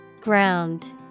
Ground